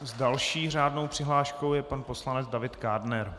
S další řádnou přihláškou je pan poslanec David Kádner.